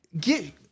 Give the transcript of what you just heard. get